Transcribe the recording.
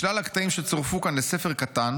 "משלל הקטעים שצורפו כאן לספר קטן